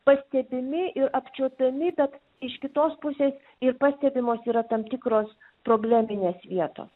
pastebimi ir apčiuopiami bet iš kitos pusės ir pastebimos yra tam tikros probleminės vietos